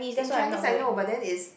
in Chinese I know but then it's